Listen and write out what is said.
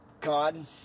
God